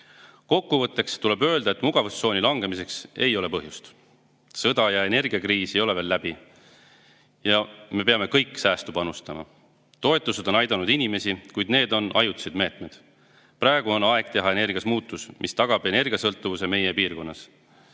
Kokkuvõtteks tuleb öelda, et mugavustsooni langeda ei ole põhjust. Sõda ja energiakriis ei ole veel läbi. Me kõik peame säästu panustama. Toetused on aidanud inimesi, kuid need on ajutised meetmed. Praegu on aeg teha energeetikas muudatusi, mis tagaksid meie piirkonna